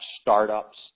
startups